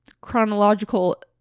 chronological